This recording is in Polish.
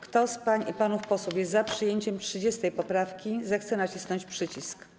Kto z pań i panów posłów jest za przyjęciem 30. poprawki, zechce nacisnąć przycisk.